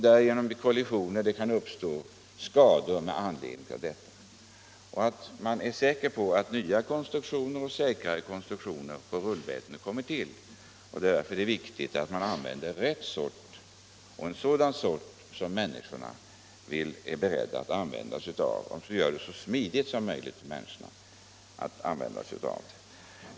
Utskottet är också av den uppfattningen att nya konstruktioner i fråga om rullbälten kommer att göras. Det är viktigt att man i bilarna har en sådan sorts bälte som människorna är beredda att använda sig av; vi måste göra det så smidigt som möjligt för människorna att använda bältena.